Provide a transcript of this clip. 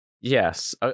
Yes